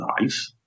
life